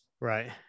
right